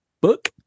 book